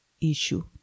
issue